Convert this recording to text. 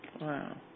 wow